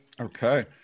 Okay